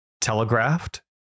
telegraphed